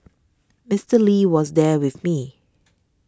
Mister Lee was there with me